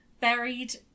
buried